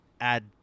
add